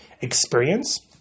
experience